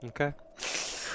Okay